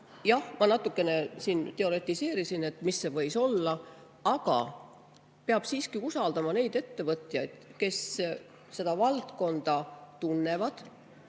Jah, ma natukene siin teoretiseerin, mis see võis olla, aga peab siiski usaldama neid ettevõtjaid, kes seda valdkonda tunnevad